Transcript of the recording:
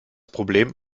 problem